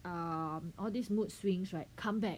um all this mood swings right come back